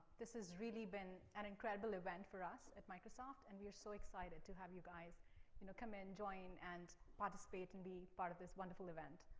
this has really been an incredible event for us at microsoft and we're so excited to have you guys you know come in, join, and participate and be part of the wonderful event.